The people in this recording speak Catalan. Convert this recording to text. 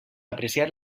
apreciar